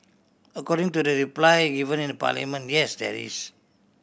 according to the reply given in Parliament yes there is